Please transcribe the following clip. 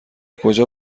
کجا